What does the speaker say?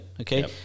okay